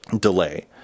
delay